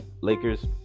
Lakers